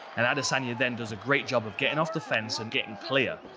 and adesanya then does a great job of getting off the fence and getting clear.